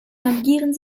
navigieren